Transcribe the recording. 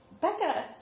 Becca